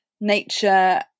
nature